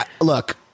look